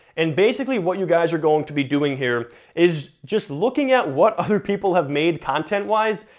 and basically what you guys are going to be doing here is just looking at what other people have made content wise,